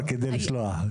כדי לשלוח.